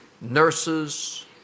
nurses